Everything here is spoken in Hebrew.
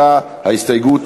העבודה,